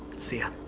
see ya.